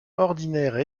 ordinaire